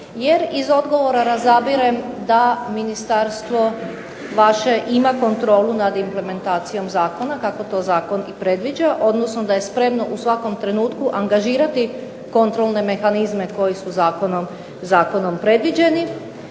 jer iz odgovora razabirem da vaše Ministarstvo ima kontrolu nad implementacijom Zakona, kako to Zakon i predviđa odnosno da je spremno u svakom trenutku angažirati kontrolne mehanizme koji su zakonom predviđeni,